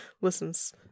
listens